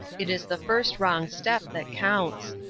it is the first wrong step that counts.